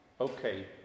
Okay